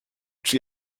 czy